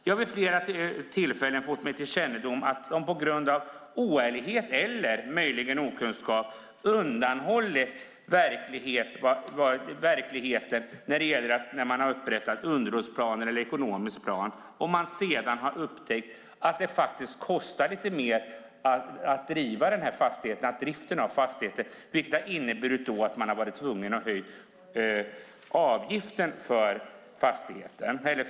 Det har vid flera tillfällen kommit till min kännedom att de på grund av oärlighet eller möjligen okunskap har undanhållit verkligheten vid upprättandet av underhållsplan eller ekonomisk plan. Sedan har man upptäckt att driften av fastigheten kostar lite mer, vilket har inneburit att man har varit tvungen att höja avgiften för lägenheterna.